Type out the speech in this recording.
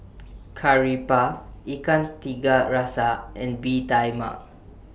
Curry Puff Ikan Tiga Rasa and Bee Tai Mak